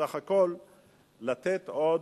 סך הכול לתת עוד,